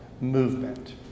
movement